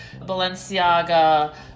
Balenciaga